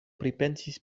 pripensis